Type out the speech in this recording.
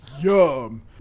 Yum